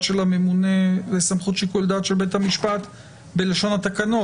של הממונה לשיקול הדעת של בית המשפט בלשון התקנות.